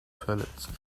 verletzen